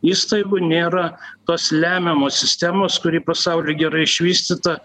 įstaigų nėra tos lemiamos sistemos kuri pasauly gerai išvystyta